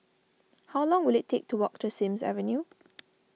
how long will it take to walk to Sims Avenue